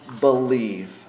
believe